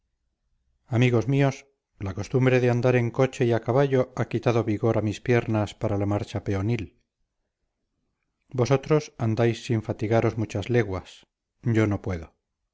amigos míos la costumbre de andar en coche y a caballo ha quitado vigor a mis piernas para la marcha peonil vosotros andáis sin fatigaros muchas leguas yo no puedo